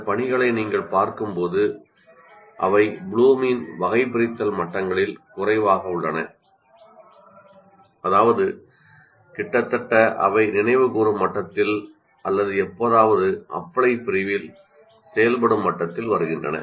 இந்த பணிகளை நீங்கள் பார்க்கும்போது அவை ப்ளூமின் வகைபிரித்தல் மட்டங்களில் குறைவாக உள்ளன அதாவது கிட்டத்தட்ட அவை நினைவுகூரும் மட்டத்தில் அல்லது எப்போதாவது அப்ளை பிரிவில் செயல்படும் மட்டத்தில் வருகின்றன